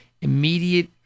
immediate